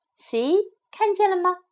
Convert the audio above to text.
See,看见了吗